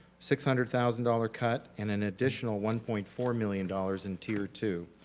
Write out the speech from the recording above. six hundred thousand dollar cut and an additional one point four million dollars in tier two.